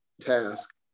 task